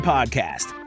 Podcast